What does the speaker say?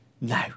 No